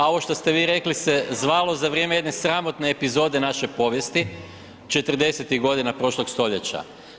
A ovo što ste vi rekli se zvalo za vrijeme jedne sramotne epizode naše povijesti četrdesetih godina prošlog stoljeća.